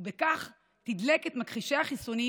ובכך תדלק את מכחישי החיסונים,